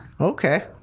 Okay